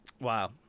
Wow